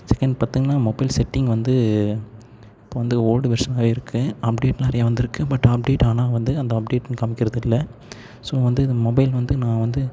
செகண்டை பார்த்திங்கனா mobile setting வந்து இப்போ வந்து ஓல்டு வெர்ஸன்னாயிருக்குது அப்டேட் நிறையா வந்துருக்குது பட் அப்டேட் ஆனால் வந்து அந்த அப்டேட்னு காமிக்கிறதுல்லை ஸோ வந்து இந்த மொபைல் வந்து நான் வந்து